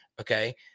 Okay